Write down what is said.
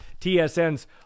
TSN's